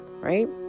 right